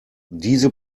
diese